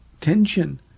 tension